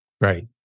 Right